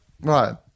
Right